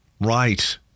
Right